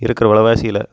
இருக்கிற வில வாசியில்